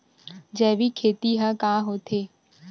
जैविक खेती ह का होथे?